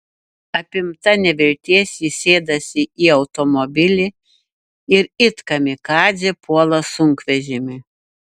apimta nevilties ji sėdasi į automobilį ir it kamikadzė puola sunkvežimį